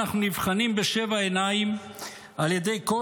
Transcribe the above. אנחנו נבחנים בשבע עיניים על ידי כל